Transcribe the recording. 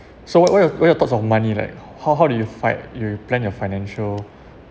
so what what are your thoughts on money like how how do you fight you plan your financial